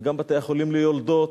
וגם בתי-החולים ליולדות.